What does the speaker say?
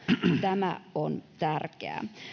tämä on tärkeää